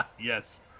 Yes